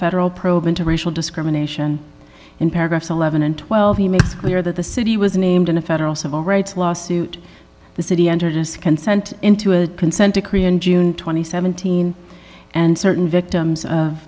federal probe into racial discrimination in paragraphs eleven and twelve he makes clear that the city was named in a federal civil rights lawsuit the city entered just consent into a consent decree in june two thousand and seventeen and certain victims of